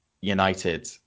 United